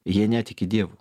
jie netiki dievu